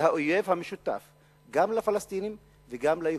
זה האויב המשותף גם לפלסטינים וגם ליהודים.